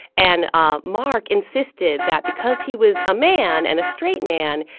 and ah mark insisted that because he was a man and a straight man,